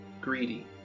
greedy